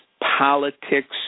politics